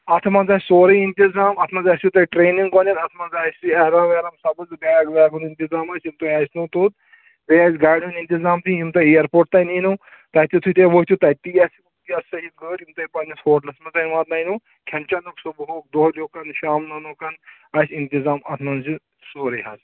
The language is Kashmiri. اَتھ منٛز آسہِ سورُے اِنتِظام اَتھ منٛز آسیو تۄہہِ ٹرٛینِنٛگ گۄڈنٮ۪تھ اَتھ منٛز آسہِ ایرم ویرام سَبٕز بیگ ویگ ہُنٛد اِنتِظام ٲسۍ یِم تۄہہِ آسنو توٚت بیٚیہِ آسہِ گاڑِ ہُنٛد اِنتِظام دِنۍ یِم تۄہہِ اِیَرپوٹ تانۍ ایٖنو تَتہِ یِتھُے تُہۍ وٲتِو تَتہِ تہِ آسہِ صٲلِم گٲڑۍ یِم تۄہہِ پَنٕنِس ہوٹلَس منٛز تانۍ واتنٲیِنو کھٮ۪ن چٮ۪نُک صُبحُک دۄہلہِ کُن شامہٕ کن آسہِ اِنتِظام اَتھ منٛز یہِ سورُے حظ